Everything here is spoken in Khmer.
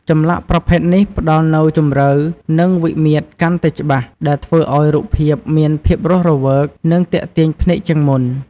ចម្លាក់ប្រភេទនេះផ្ដល់នូវ ជម្រៅ និងវិមាត្រកាន់តែច្បាស់ ដែលធ្វើឲ្យរូបភាពមានភាពរស់រវើក និងទាក់ទាញភ្នែកជាងមុន។